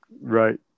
Right